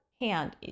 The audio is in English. hand